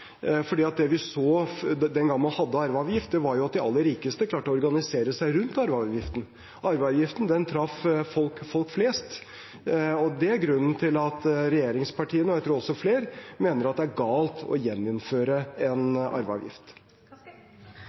det vi så den gangen man hadde arveavgift, var at de aller rikeste klarte å organisere seg rundt arveavgiften. Arveavgiften traff folk flest. Det er grunnen til at regjeringspartiene, og jeg tror også flere, mener at det er galt å gjeninnføre en arveavgift.